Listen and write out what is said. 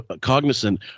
cognizant